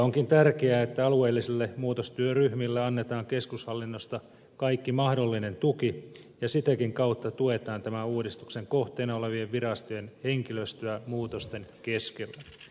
onkin tärkeää että alueellisille muutostyöryhmille annetaan keskushallinnosta kaikki mahdollinen tuki ja sitäkin kautta tuetaan tämän uudistuksen kohteena olevien virastojen henkilöstöä muutosten keskellä